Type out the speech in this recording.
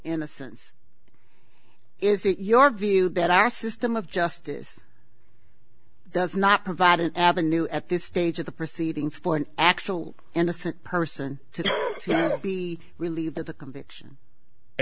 innocence is it your view that our system of justice it does not provide an avenue at this stage of the proceedings for an actual innocence person to be relieved that the conviction i